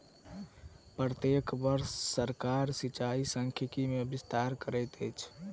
प्रत्येक वर्ष सरकार सिचाई सांख्यिकी मे विस्तार करैत अछि